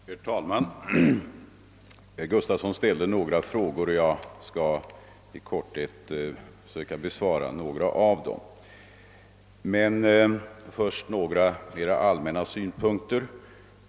Herr talman! Herr Gustavsson ställde några frågor till mig, och jag skall i korthet försöka besvara några av dem. Men först vill jag framföra några allmänna synpunkter.